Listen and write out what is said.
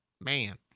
man